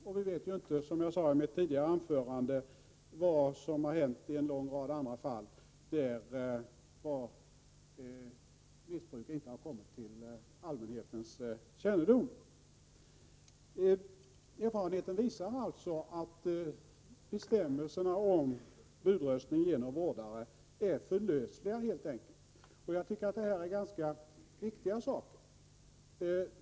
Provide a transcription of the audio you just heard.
Och som jag sade i mitt tidigare anförande vet vi inte vad som har hänt i en lång rad andra fall, där missbruk inte har kommit till allmänhetens kännedom. Erfarenheten visar alltså att bestämmelserna om budröstning genom vårdare helt enkelt är för lösliga. Jag tycker detta rör ganska viktiga saker.